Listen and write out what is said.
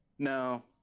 No